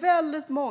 Jag tror